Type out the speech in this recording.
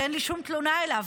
שאין לי שום תלונה אליו,